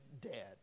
dead